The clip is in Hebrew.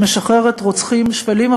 משחררת רוצחים שפלים,